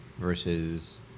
versus